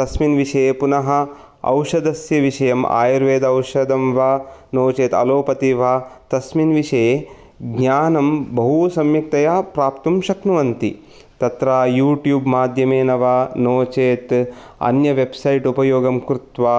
तस्मिन् विषये पुनः औषधस्य विषयम् आयुर्वेद औषधं वा नो चेत् आलोपति वा तस्मिन् विषये ज्ञानं बहुसम्यकतया प्राप्तुं शक्नुवन्ति तत्र युट्यूब् माध्यमेन वा नो चेत् अन्य वेब्सैट् उपयोगं कृत्वा